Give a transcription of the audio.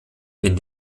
wenn